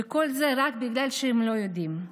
וכל זה רק בגלל שהם לא יודעים.